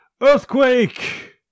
Earthquake